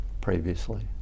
previously